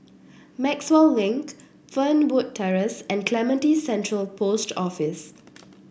Maxwell Link Fernwood Terrace and Clementi Central Post Office